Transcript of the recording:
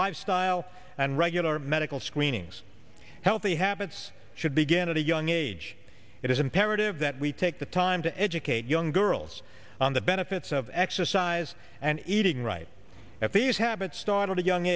lifestyle and regular medical screenings healthy habits should begin at a young age it is imperative that we take the time to educate young girls on the benefits of exercise and eating right at these habits start